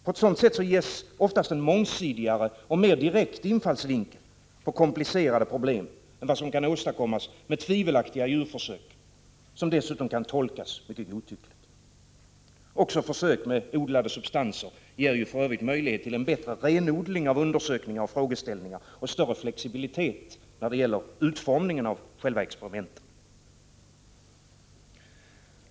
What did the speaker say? På så sett ges ofta en mångsidigare och mer direkt infallsvinkel på komplicerade problem än vad som kan åstadkommas med tvivelaktiga djurförsök, som dessutom kan tolkas mycket godtyckligt. Också försök med odlade substanser ger för övrigt möjlighet till en bättre renodling av undersökningar och frågeställningar och större flexibilitet i experimentens utformning.